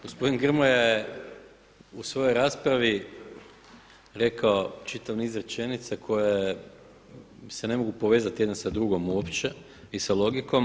Gospodin Grmoja je u svojoj raspravi rekao čitav niz rečenica koje se ne mogu povezati jedna sa drugom uopće i sa logikom.